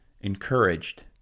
encouraged